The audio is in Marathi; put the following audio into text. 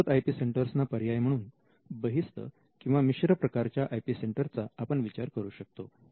अंतर्गत आय पी सेंटर्सना पर्याय म्हणून बहिस्थ किंवा मिश्र प्रकारच्या आय पी सेंटरचा आपण विचार करू शकतो